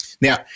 Now